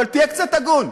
אבל תהיה קצת הגון,